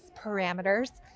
parameters